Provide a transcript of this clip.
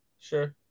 sure